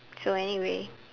so anyway